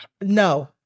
No